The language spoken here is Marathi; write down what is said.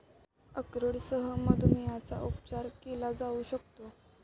अक्रोडसह मधुमेहाचा उपचार केला जाऊ शकतो